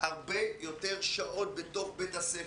הרבה יותר שעות בתוך בית הספר.